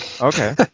Okay